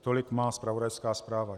Tolik má zpravodajská zpráva.